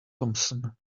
thompson